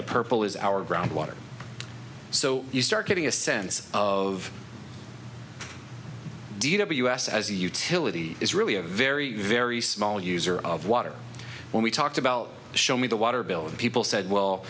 the purple is our ground water so you start getting a sense of d w m as a utility is really a very very small user of water when we talked about show me the water bill and people said well